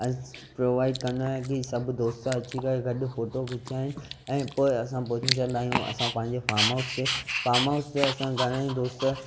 provide कंदो आहियां के सभु दोस्त अची करे गॾु फोटो खिचाइनि ऐं पोइ असां पहुचंदा आहियूं असां पंहिंजे फार्म हाउस ते फार्म हाउस ते असां घणा ई दोस्त